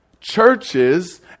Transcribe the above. churches